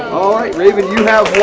um alright, raven, you have won.